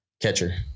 Catcher